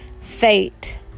fate